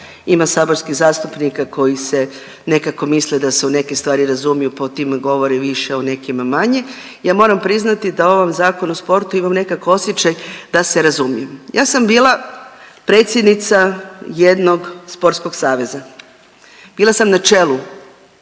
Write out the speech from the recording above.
ima saborskih zastupnika koji se nekako misle da se u neke stvari razumiju, pa o tima govore više, o nekima manje. Ja moram priznati da o ovom Zakonu o sportu imam nekako osjećaj da se razumiju. Ja sam bila predsjednica jednog sportskog saveza, bila sam na čelu